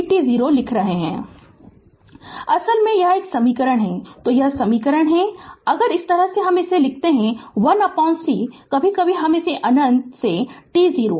Refer Slide Time 1047 असल में यह समीकरण तो यह समीकरण है यह समीकरण अगर हम इस तरह लिखते है 1c कभी कभी कहें अनंत tot0